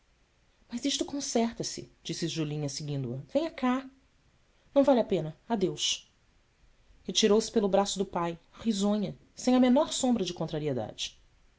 o as isto conserta se disse julinha seguindo a venha cá ão vale a pena adeus retirou-se pelo braço do pai risonha sem a menor sombra de contrariedade